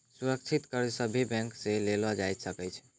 सुरक्षित कर्ज सभे बैंक से लेलो जाय सकै छै